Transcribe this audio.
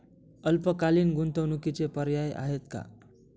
अल्पकालीन गुंतवणूकीचे पर्याय आहेत का?